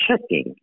checking